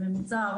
והממוצע,